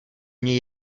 mně